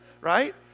Right